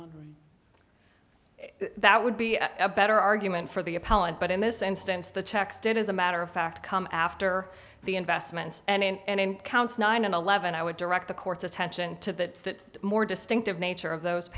money that would be a better argument for the appellant but in this instance the checks did as a matter of fact come after the investments and counts nine eleven i would direct the court's attention to that more distinctive nature of those